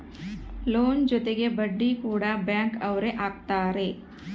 loan ಜೊತೆಗೆ ಬಡ್ಡಿ ಕೂಡ ಬ್ಯಾಂಕ್ ಅವ್ರು ಹಾಕ್ತಾರೆ